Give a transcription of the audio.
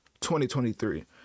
2023